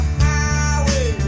highway